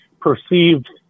perceived